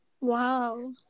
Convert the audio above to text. Wow